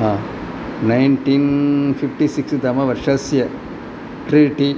nineteen fifty six तमवर्षस्य treaty